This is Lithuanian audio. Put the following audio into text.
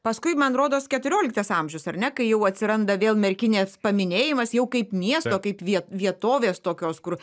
paskui man rodos keturioliktas amžius ar ne kai jau atsiranda vėl merkinės paminėjimas jau kaip miesto kaip vietovės tokios kur